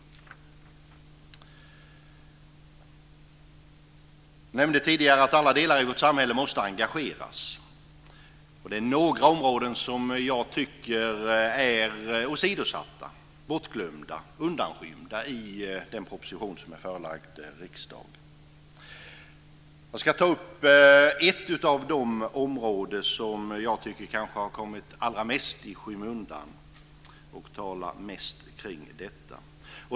Jag nämnde tidigare att alla delar i vårt samhälle måste engageras. Det är några områden som jag tycker är åsidosatta, bortglömda, undangömda i den proposition som är förelagd riksdagen. Jag ska ta upp ett av de områden som jag tycker kanske har kommit allra mest i skymundan och tala mest om det.